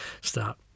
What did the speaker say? start